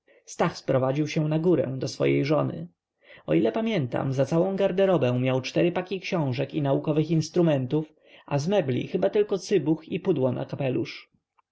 stach sprowadził się na górę do swojej żony o ile pamiętam za całą garderobę miał cztery paki książek i naukowych instrumentów a z mebli chyba tylko cybuch i pudło na